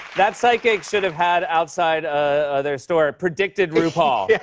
that psychic should have had outside their store, predicted rupaul. yeah.